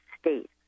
state